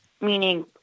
meaning